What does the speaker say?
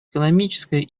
экономическая